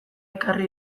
ekarri